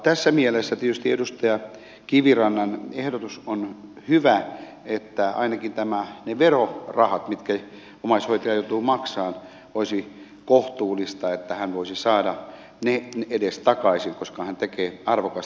tässä mielessä tietysti edustaja kivirannan ehdotus on hyvä että ainakin ne verorahat mitkä omaishoitaja joutuu maksamaan hän voisi saada kohtuullisuuden nimissä takaisin koska hän tekee arvokasta työtä